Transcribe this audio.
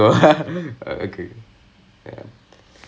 ya definitely didn't go நான் இருக்கிறதை வச்சியே நான்:naan irukkirathai vachiye naan